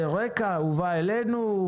ליצרנים.